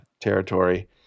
territory